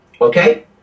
okay